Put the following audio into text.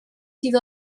iddo